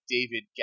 David